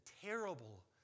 terrible